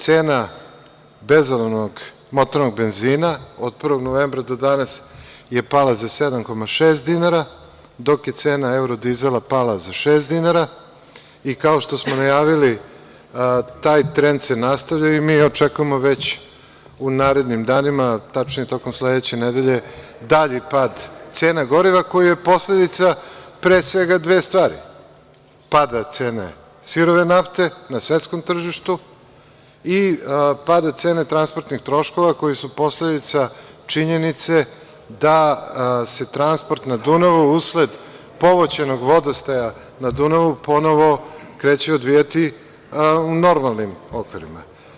Cena bezolovnog motornog benzina od 1. novembra do danas je pala za 7,6 dinara, dok je cena evro dizela pala za šest dinara i, kao što smo najavili, taj trend se nastavlja i mi očekujemo već u narednim danima, tačnije tokom sledeće nedelje, dalji pad cena goriva koji je posledica, pre svega, dve stvari: pada cene sirove nafte na svetskom tržištu i pada cene transportnih troškova koji su posledica činjenice da se transport na Dunavu, usled povećanog vodostaja na Dunavu, ponovo kreće odvijati u normalnim okvirima.